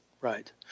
right